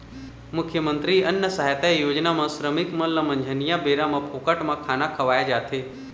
मुख्यमंतरी अन्न सहायता योजना म श्रमिक मन ल मंझनिया बेरा म फोकट म खाना खवाए जाथे